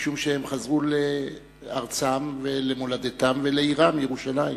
משום שהם חזרו לארצם ולמולדתם ולעירם ירושלים.